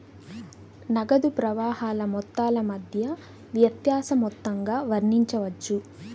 నగదు ప్రవాహాల మొత్తాల మధ్య వ్యత్యాస మొత్తంగా వర్ణించవచ్చు